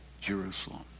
Jerusalem